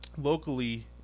Locally